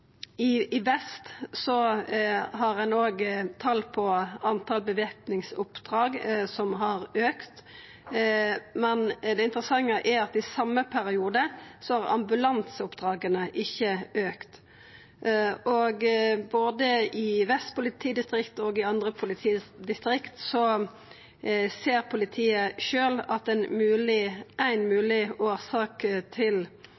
I Vest har òg talet på væpna oppdrag auka, men det interessante er at i den same perioden har talet på ambulanseoppdrag ikkje auka. Både i Vest politidistrikt og i andre politidistrikt seier politiet sjølv at ei mogleg årsak – eller eit bidrag – til